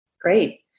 Great